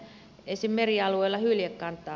merialueilla hyljekantaa